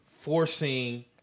forcing